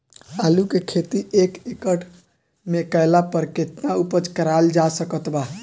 आलू के खेती एक एकड़ मे कैला पर केतना उपज कराल जा सकत बा?